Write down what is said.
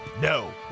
No